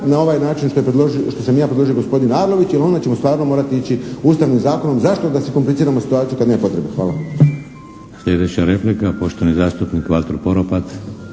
na ovaj način što sam ja predložio i gospodin Arlović, jer onda ćemo stvarno morati ići Ustavnim zakonom. Zašto da si kompliciramo situaciju kad nema potrebe? Hvala. **Šeks, Vladimir (HDZ)** Sljedeća replika, poštovani zastupnik Valter Poropat.